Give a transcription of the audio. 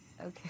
Okay